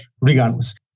regardless